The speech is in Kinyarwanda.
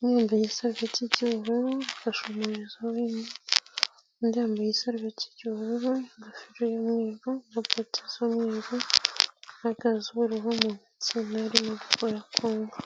umwe yambaye igisarubeti cy'ubururu afashe umurizo w'inka, undi yambaye igisarubeti ry' ubururu, ingofero y'umweru na bote z'umweru, ahagaze inyuma arimo gukora ku nka.